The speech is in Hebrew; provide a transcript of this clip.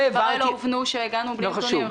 הובן כאילו הגענו בלי נתונים.